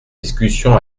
discussion